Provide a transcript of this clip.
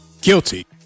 guilty